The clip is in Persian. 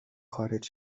خارج